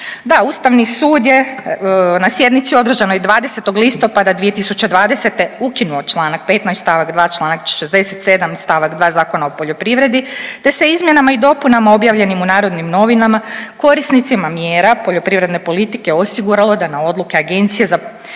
ustavni sud je na sjednici održanoj 20. listopada 2020. ukinuo čl. 15. st. 2., čl. 67. st. 2. Zakona o poljoprivredi te se izmjenama i dopunama objavljenim u Narodnim novinama korisnicima mjera poljoprivredne politike osiguralo da na odluke Agencije za plaćanje